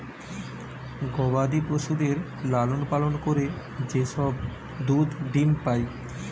গবাদি পশুদের লালন পালন করে যে সব দুধ ডিম্ পাই